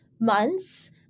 months